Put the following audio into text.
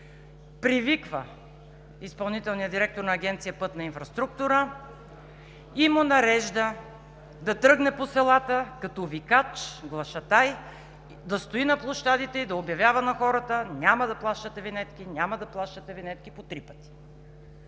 привиква изпълнителния директор на Агенция „Пътна инфраструктура“ и му нарежда да тръгне по селата като викач, глашатай, да стои на площадите и да обявява на хората: „Няма да плащате винетки, няма да плащате винетки!“ по три пъти.